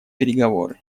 переговоры